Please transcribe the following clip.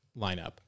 lineup